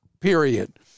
period